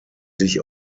sich